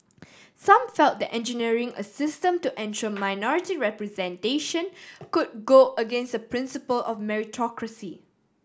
some felt that engineering a system to ensure minority representation could go against the principle of meritocracy